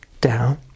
down